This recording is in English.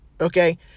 Okay